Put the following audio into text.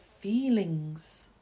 feelings